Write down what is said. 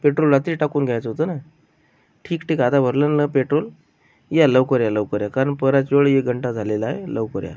petrol रात्री टाकून घ्यायचं होतं ना ठीक ठीक आहे आता व्हरलं ना पेटोल या लवकर या लवकर या कारण बराच वेळ एक घंटा झालेला आहे लवकर या